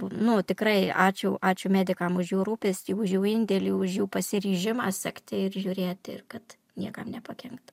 nu tikrai ačiū ačiū medikam už jų rūpestį už jų indėlį už jų pasiryžimą sekti ir žiūrėti ir kad niekam nepakenktų